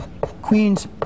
queens